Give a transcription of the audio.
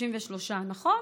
33. 33, נכון.